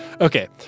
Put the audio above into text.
okay